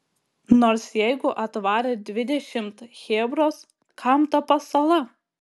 nors jeigu atvarė dvidešimt chebros kam ta pasala